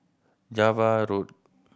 Java Road